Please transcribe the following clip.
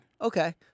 Okay